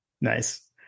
Nice